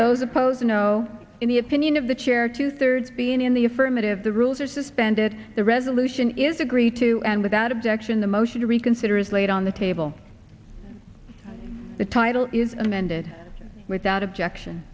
those opposed no in the opinion of the chair two thirds being in the affirmative the rules are suspended the resolution is agreed to and without objection the motion to reconsider is laid on the table the title is amended without objection